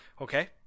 Okay